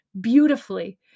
beautifully